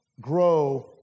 grow